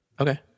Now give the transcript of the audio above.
Okay